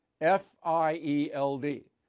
F-I-E-L-D